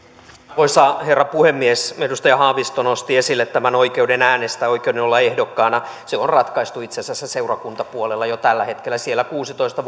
arvoisa herra puhemies edustaja haavisto nosti esille tämän oikeuden äänestää oikeuden olla ehdokkaana se on ratkaistu itse asiassa seurakuntapuolella jo tällä hetkellä siellä kuusitoista